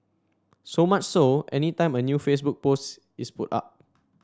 so much so any time a new Facebook post is put up